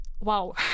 wow